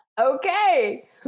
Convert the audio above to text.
Okay